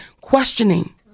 questioning